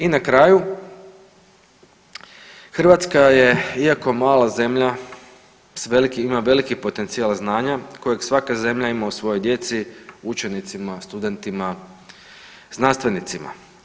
I na kraju, Hrvatska je iako mala zemlja ima veliki potencijal znanja kojeg svaka zemlja ima u svojoj djeci, učenicima, studentima, znanstvenicima.